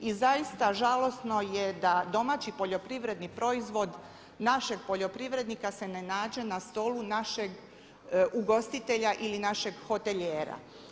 I zaista, žalosno je da domaći poljoprivredni proizvod našeg poljoprivrednika se ne nađe na stolu našeg ugostitelja ili našeg hotelijera.